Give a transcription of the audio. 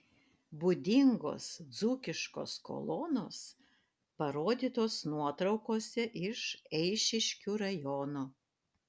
būdingos dzūkiškos kolonos parodytos nuotraukose iš eišiškių rajono